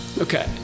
Okay